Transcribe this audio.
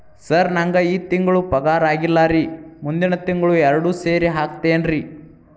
sir ನಂಗ ಈ ತಿಂಗಳು ಪಗಾರ ಆಗಿಲ್ಲಾರಿ ಮುಂದಿನ ತಿಂಗಳು ಎರಡು ಸೇರಿ ಹಾಕತೇನ್ರಿ